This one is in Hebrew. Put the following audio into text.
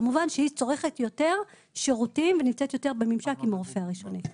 כמובן שהיא צורכת שירותים ונמצאת יותר בממשק עם הרופא הראשוני.